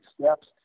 steps